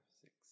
six